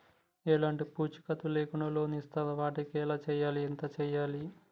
ఎలాంటి పూచీకత్తు లేకుండా లోన్స్ ఇస్తారా వాటికి ఎలా చేయాలి ఎంత చేయాలి?